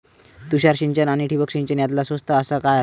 तुषार सिंचन आनी ठिबक सिंचन यातला स्वस्त काय आसा?